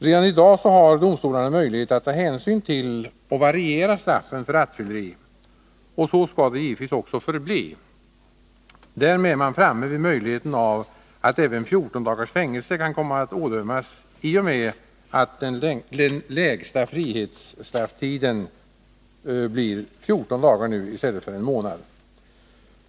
Redan i dag har domstolarna möjlighet att ta hänsyn till och variera straffen för rattfylleri, och så skall det givetvis också förbli. Därmed är man framme vid möjligheten att även 14 dagars fängelse kan komma att ådömas i och med att den lägsta frihetsstrafftiden nu blir 14 dagar i stället för en månad.